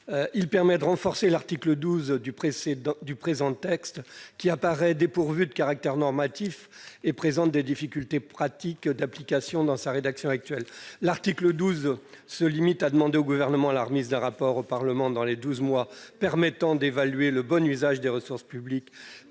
vise à renforcer l'article 12, dépourvu de tout caractère normatif et présentant des difficultés pratiques d'application. Dans sa rédaction actuelle, l'article 12 se limite à demander au Gouvernement la remise d'un rapport au Parlement dans les douze mois permettant d'évaluer le bon usage des ressources publiques